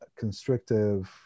constrictive